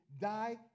die